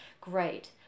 great